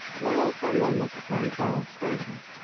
why is there no necessary dull stable,